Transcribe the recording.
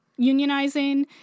unionizing